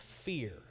fear